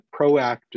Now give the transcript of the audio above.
proactive